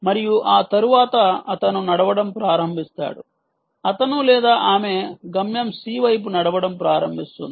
మరియు ఆ తరువాత అతను నడవడం ప్రారంభిస్తాడు అతను లేదా ఆమె గమ్యం C వైపు నడవడం ప్రారంభిస్తుంది